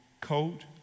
coat